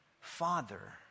father